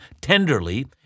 tenderly